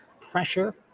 Pressure